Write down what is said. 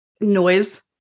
noise